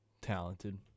talented